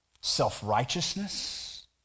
self-righteousness